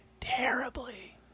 terribly